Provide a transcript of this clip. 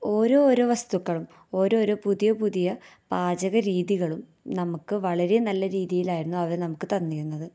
ഓരോ ഓരോ വസ്തുക്കളും ഓരോരോ പുതിയ പുതിയ പാചക രീതികളും നമുക്ക് വളരേ നല്ല രീതിയിലായിരുന് അവര് നമുക്ക് തന്നിരുന്നത്